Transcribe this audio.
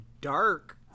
dark